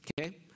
Okay